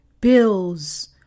bills